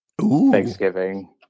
Thanksgiving